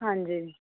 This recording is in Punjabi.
ਹਾਂਜੀ